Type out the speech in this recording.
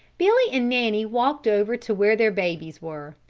billy and nanny walked over to where their babies were,